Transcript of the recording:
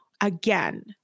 Again